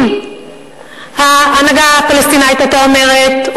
אם ההנהגה הפלסטינית היתה אומרת,